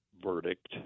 verdict